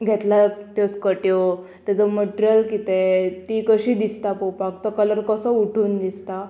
घेतल्या त्यो स्कट्यो तेजो मटरियल कितें ती कशी दिसता पळोवपाक तो कलर कसो उठून दिसता